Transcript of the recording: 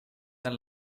der